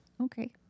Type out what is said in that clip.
Okay